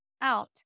out